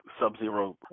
sub-zero